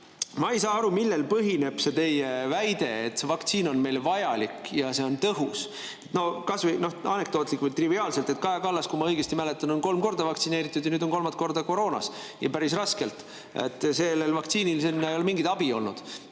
Ma ei saa aru, millel põhineb teie väide, et see vaktsiin on meile vajalik ja see on tõhus. Anekdootlikult triviaalne: Kaja Kallas, kui ma õigesti mäletan, on kolm korda vaktsineeritud ja nüüd on kolmandat korda koroonas ja päris raskelt. Sellest vaktsiinist ei ole mingit abi olnud.